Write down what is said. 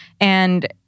And-